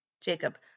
Jacob